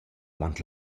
avant